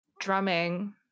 drumming